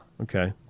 Okay